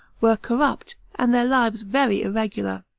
were corrupt, and their lives very irregular.